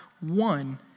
one